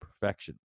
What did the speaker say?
perfection